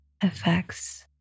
affects